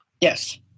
Yes